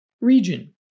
region